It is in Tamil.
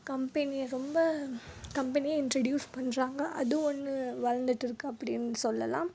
கம்பெனி ரொம்ப கம்பெனியை இன்ட்ரடியூஸ் பண்ணுறாங்க அது ஒன்று வளர்ந்துட்டு இருக்குது அப்படின்னு சொல்லலாம்